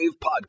Podcast